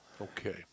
okay